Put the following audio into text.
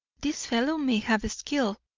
this fellow may have skill.